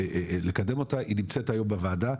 היא נמצאת היום בוועדה.